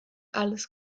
alles